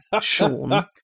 Sean